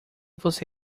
você